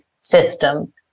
system